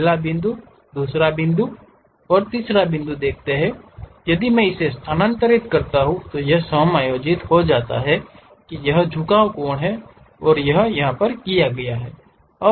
पहला बिंदु दूसरा बिंदु आप तीसरा बिंदु देखते हैं यदि मैं इसे स्थानांतरित कर रहा हूं तो यह समायोजित होता है कि यह झुकाव कोण है और किया गया है